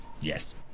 yes